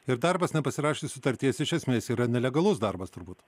ir darbas nepasirašius sutarties iš esmės yra nelegalus darbas turbūt